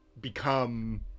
become